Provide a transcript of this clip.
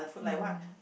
mm